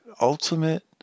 ultimate